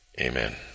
Amen